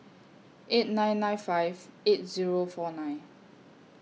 eight nine nine five eight Zero four nine